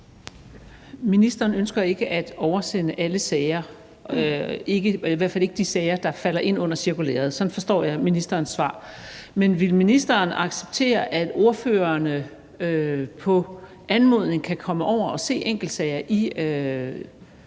Ministeren ønsker ikke at oversende alle sager, i hvert fald ikke de sager, der falder ind under cirkulæret. Sådan forstår jeg ministerens svar. Men vil ministeren acceptere, at ordførerne på anmodning kan komme over og se enkeltsager i